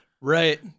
Right